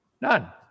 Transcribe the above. none